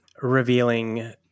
revealing